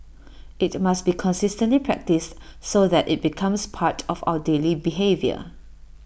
IT must be consistently practised so that IT becomes part of our daily behaviour